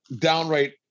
downright